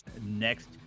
next